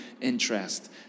interest